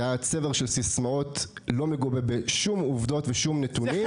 זה היה צבר של סיסמאות שלא מגובה בשום עובדות ושום נתונים.